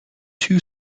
two